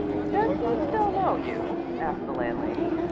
does he still know you? asked the landlady.